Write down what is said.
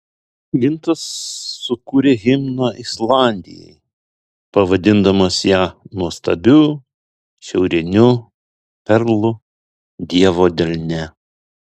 gintas sukūrė himną islandijai pavadindamas ją nuostabiu šiauriniu perlu dievo delne